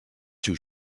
too